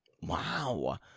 Wow